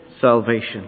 salvation